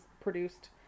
produced